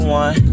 one